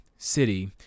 city